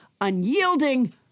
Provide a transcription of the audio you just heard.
unyielding